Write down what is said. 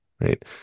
right